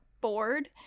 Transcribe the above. bored